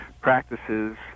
practices